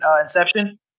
Inception